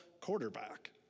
quarterback